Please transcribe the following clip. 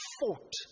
fought